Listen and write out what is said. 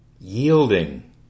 yielding